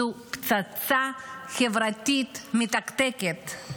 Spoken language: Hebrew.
זו פצצה חברתית מתקתקת.